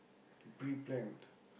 pre-planned